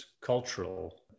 cultural